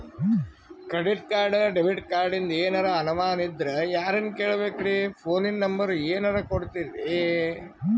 Credit card, debit ಕಾರ್ಡಿಂದ ಏನರ ಅನಮಾನ ಇದ್ರ ಯಾರನ್ ಕೇಳಬೇಕ್ರೀ, ಫೋನಿನ ನಂಬರ ಏನರ ಕೊಡ್ತೀರಿ?